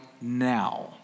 now